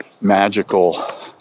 magical